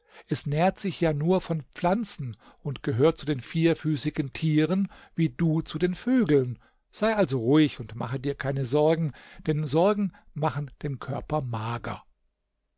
es nährt sich ja nur von pflanzen und gehört zu den vierfüßigen tieren wie du zu den vögeln sei also ruhig und mache dir keine sorgen denn sorgen machen den körper mager